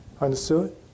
Understood